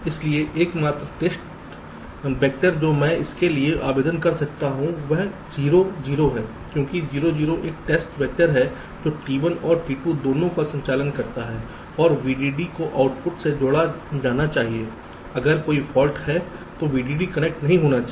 इसलिए एकमात्र test vector जो मैं इसके लिए आवेदन कर सकता हूं वह 0 0 है क्योंकि 0 0 एक टेस्ट वेक्टर है जो T1 और T2 दोनों का संचालन करता है और VDD को आउटपुट से जोड़ा जाना चाहिए अगर कोई फॉल्ट है तो VDD कनेक्ट नहीं होनी चाहिए